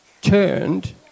turned